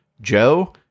Joe